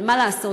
אבל מה לעשות?